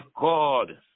God